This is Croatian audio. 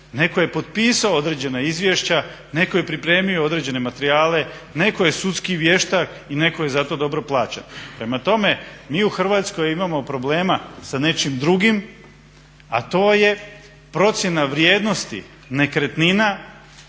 netko je potpisao određena izvješća, netko je pripremio određene materijale, netko je sudski vještak i netko je za to dobro plaćen. Prema tome, mi u Hrvatskoj imamo problema sa nečim drugim, a to je procjena vrijednosti nekretnina,